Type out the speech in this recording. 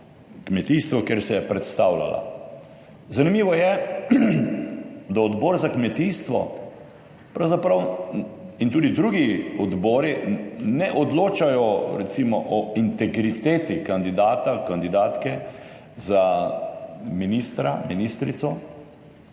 kmetijstvo, kjer se je predstavljala. Zanimivo je, da Odbor za kmetijstvo pravzaprav, in tudi drugi odbori, ne odločajo recimo o integriteti kandidata, kandidatke za ministra, ministrico,